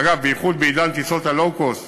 אגב, בייחוד בעידן טיסות ה-Low Cost,